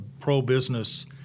pro-business